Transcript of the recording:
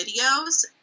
videos